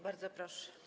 Bardzo proszę.